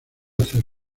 hacerlo